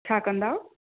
छा कंदाव